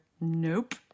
Nope